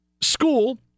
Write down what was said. school